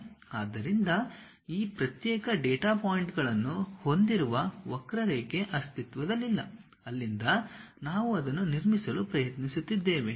ಆದ್ದರಿಂದ ಈ ಪ್ರತ್ಯೇಕ ಡೇಟಾ ಪಾಯಿಂಟ್ಗಳನ್ನು ಹೊಂದಿರುವ ವಕ್ರರೇಖೆ ಅಸ್ತಿತ್ವದಲ್ಲಿಲ್ಲ ಅಲ್ಲಿಂದ ನಾವು ಅದನ್ನು ನಿರ್ಮಿಸಲು ಪ್ರಯತ್ನಿಸುತ್ತಿದ್ದೇವೆ